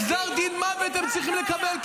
גזר דין מוות הם צריכים לקבל,